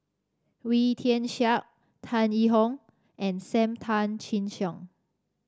Wee Tian Siak Tan Yee Hong and Sam Tan Chin Siong